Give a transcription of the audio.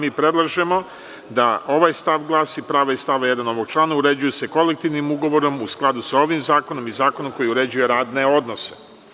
Mi predlažemo da ovaj stav glasi: „Prava iz stava 1. ovog člana uređuju i kolektivnim ugovorom u skladu sa ovim i zakonom koji uređuje radne odnose“